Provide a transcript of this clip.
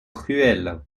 cruels